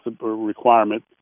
requirement